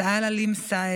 סגן אלוף עלים סעד,